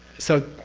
so,